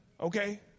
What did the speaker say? Okay